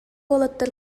уолаттар